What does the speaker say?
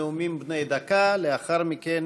ברשות יושב-ראש הישיבה, הנני מתכבדת